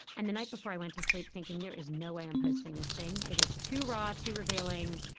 and the night before i went to sleep thinking, there is no way i'm posting this thing. it is too raw, too revealing.